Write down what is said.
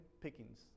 pickings